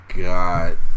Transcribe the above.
God